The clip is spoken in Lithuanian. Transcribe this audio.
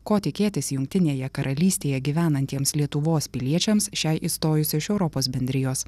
ko tikėtis jungtinėje karalystėje gyvenantiems lietuvos piliečiams šiai išstojus iš europos bendrijos